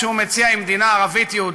והגיהינום שהוא מציע הוא מדינה ערבית-יהודית.